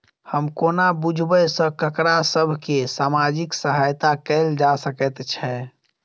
हम कोना बुझबै सँ ककरा सभ केँ सामाजिक सहायता कैल जा सकैत छै?